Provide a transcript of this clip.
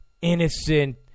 innocent